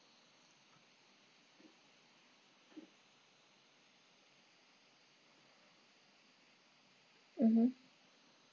mmhmm